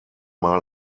mal